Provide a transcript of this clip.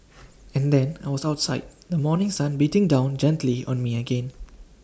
and then I was outside the morning sun beating down gently on me again